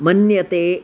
मन्यते